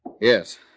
Yes